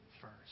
first